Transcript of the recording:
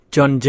John